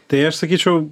tai aš sakyčiau